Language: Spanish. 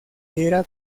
era